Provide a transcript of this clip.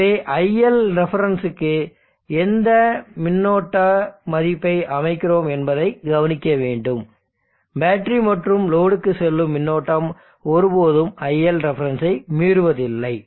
எனவே iLrefக்கு எந்த மின்னோட்ட மதிப்பை அமைக்கிறோம் என்பதைக் கவனிக்க வேண்டும் பேட்டரி மற்றும் லோடுக்கு செல்லும் மின்னோட்டம் ஒருபோதும் iLref ஐ மீறுவதில்லை